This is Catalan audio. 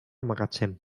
magatzem